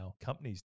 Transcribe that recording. companies